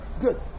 Good